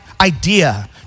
idea